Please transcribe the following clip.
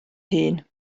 hun